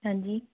ਹਾਂਜੀ